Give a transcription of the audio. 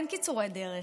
אין קיצורי דרך.